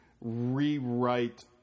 rewrite